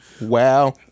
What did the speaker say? Wow